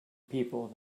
people